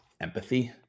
empathy